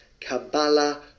Kabbalah